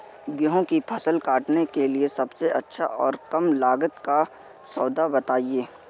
गेहूँ की फसल काटने के लिए सबसे अच्छा और कम लागत का साधन बताएं?